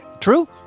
True